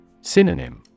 Synonym